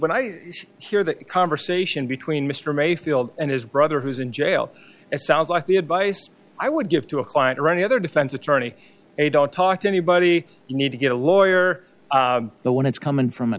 when i hear that conversation between mr mayfield and his brother who's in jail it sounds like the advice i would give to a client or any other defense attorney a don't talk to anybody you need to get a lawyer the one it's coming from a